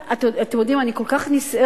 אתם יודעים מה, אני כל כך נסערת.